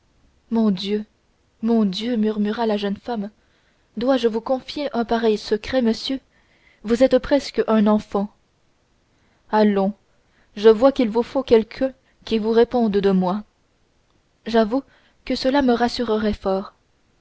mon dieu mon dieu murmura la jeune femme dois-je vous confier un pareil secret monsieur vous êtes presque un enfant allons je vois qu'il vous faut quelqu'un qui vous réponde de moi j'avoue que cela me rassurerait fort